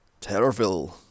Terrorville